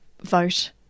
vote